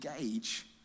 engage